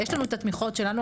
יש לנו את התמיכות שלנו,